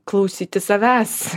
klausytis savęs